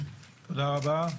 תודה רבה.